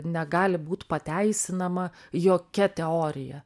negali būt pateisinama jokia teorija